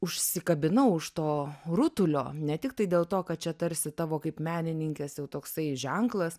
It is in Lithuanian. užsikabinau už to rutulio ne tiktai dėl to kad čia tarsi tavo kaip menininkės jau toksai ženklas